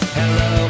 hello